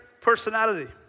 personality